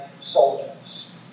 soldiers